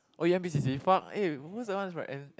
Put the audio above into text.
oh you n_p_c_c !fuck! eh who was the one that's from N